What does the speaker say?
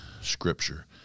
Scripture